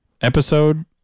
episode